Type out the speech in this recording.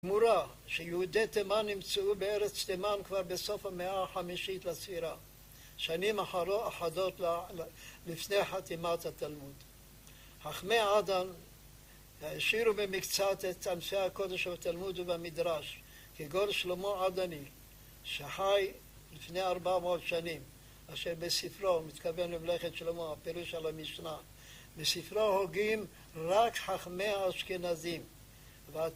אמורה שיהודי תימן נמצאו בארץ תימן כבר בסוף המאה החמישית לספירה שנים אחדות לפני חתימת התלמוד. חכמי אדם השאירו במקצת את אנשי הקודש בתלמוד ובמדרש כקול שלמה אדני שחי לפני ארבע מאות שנים, אשר בספרו, מתכוון למלאכת שלמה, הפירוש על המשנה, בספרו הוגים רק חכמי האשכנזים